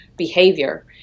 behavior